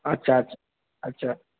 আচ্ছা আচ্ছা আচ্ছা